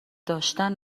داشتن